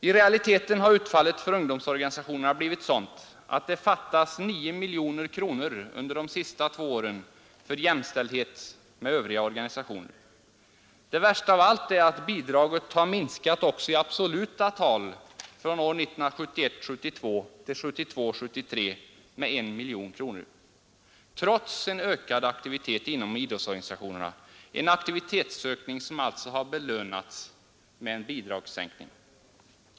I realiteten har utfallet för idrottsorganisationerna blivit sådant att det fattas 9 miljoner kronor under de senaste två åren för jämställdhet med övriga organisationer. Det värsta av allt är att bidraget har minskat också i absoluta tal — från 1971 73 med 1 miljon kronor — trots en ökad aktivitet inom idrottsorganisationerna, en aktivitetsökning som alltså har ”belönats” med en bidragssänkning.